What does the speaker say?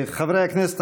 חברי הכנסת,